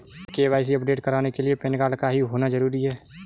क्या KYC update कराने के लिए पैन कार्ड का ही होना जरूरी है?